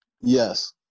Yes